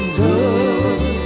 good